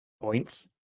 points